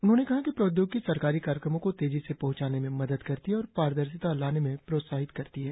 उन्होंने कहा कि प्रौद्योगिकी सरकारी कार्यक्रमों को तेजी से पहुंचाने में मदद करती है और पारदर्शिता लाने में प्रोत्साहित करती है